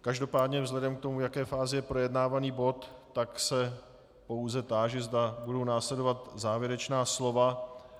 Každopádně vzhledem k tomu, v jaké fázi je projednávaný bod, se pouze táži, zda budou následovat závěrečná slova.